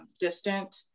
distant